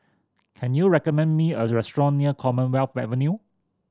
can you recommend me a restaurant near Commonwealth Avenue